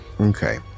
Okay